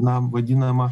na vadinama